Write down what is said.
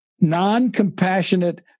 non-compassionate